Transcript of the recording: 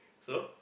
so